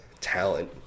talent